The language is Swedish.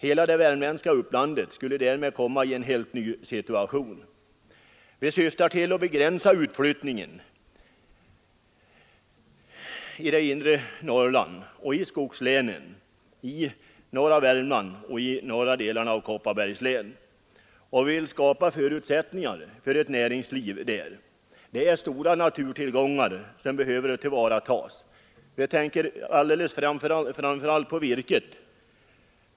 Hela det värmländska upplandet skulle därmed komma i en helt ny situation. Förslaget syftar till att begränsa utflyttningen från det inre Norrland och skogslänen, norra Värmland och de norra delarna av Kopparbergs län, och vill skapa förutsättningar för ett näringsliv där. Det finns stora naturtillgångar som behöver tillvaratas. Jag tänker framför allt på virket.